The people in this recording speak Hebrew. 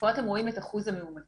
אתם רואים את אחוז המאומתים.